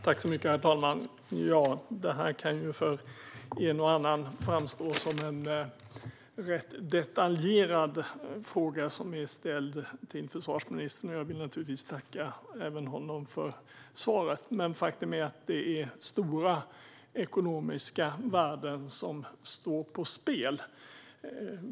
Herr talman! Det här kan ju för en och annan framstå som en rätt detaljerad fråga som är ställd till försvarsministern. Jag vill naturligtvis tacka honom för svaret, men faktum är att det är stora ekonomiska värden som står på spel.